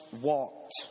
walked